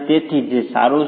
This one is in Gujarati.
તેથી તે સારું છે